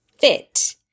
fit